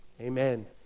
Amen